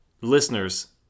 listeners